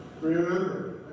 Remember